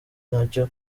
nyacyo